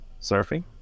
surfing